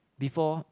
before